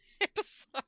episode